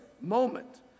moment